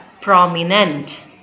prominent